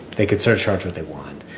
they could surcharge what they want.